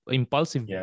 impulsive